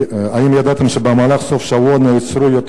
האם ידעתם שבמהלך סוף השבוע נעצרו יותר